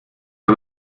pas